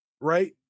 right